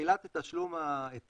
תחילת תשלום ההיטל